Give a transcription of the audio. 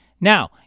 now